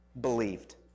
believed